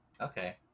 Okay